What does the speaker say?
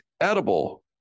edible